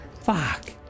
fuck